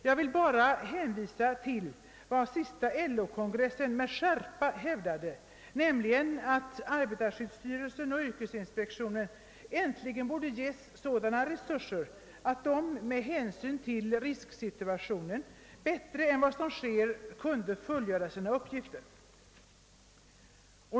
Jag vill bara hänvisa till att den senaste LO kongressen med skärpa hävdade, att arbetarskyddsstyrelsen och yrkesinspektionen borde ges sådana resurser, att dessa med hänsyn till risksituationen bättre än vad som sker kunde fullgöra sina arbetsuppgifter.